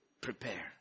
Prepare